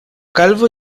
calvo